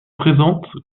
présente